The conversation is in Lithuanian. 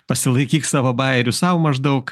pasilaikyk savo bajerius sau maždaug